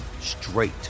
straight